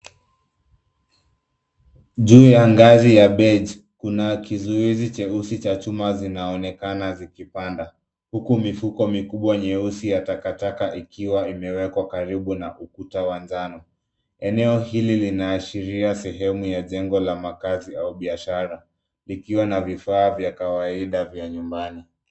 Juu ya ngazi ya mbeji, kuna kizuizi cheusi cha chuma zinaonekana zikipanda, huku mifuko mikubwa nyeusi ya takataka, ikiwa imewekwa karibu na ukuta wa njano. Eneo hili linaashiria sehemu ya jengo la makazi au biashara, likiwa na vifaa vya kawaida vya nyumbani.